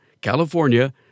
California